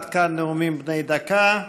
עד כאן נאומים בני דקה.